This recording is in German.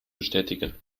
bestätigen